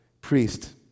priest